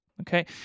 Okay